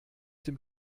dem